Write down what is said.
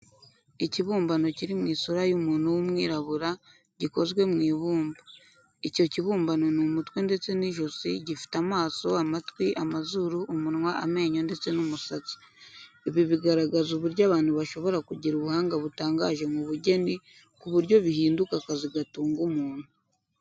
Ikibumbano kiri mu isura y'umuntu w'umwirabura, gikozwe mu ibumba. Icyo kibumbano ni umutwe ndetse n'ijosi, gifite amaso, amatwi, amazuru, umunwa, amenyo ndetse n'umusatsi. Ibi bigaragaza uburyo abantu bashobora kugira ubuhanga butangaje mu bugeni ku buryo bihinduka akazi gatunga umuntu.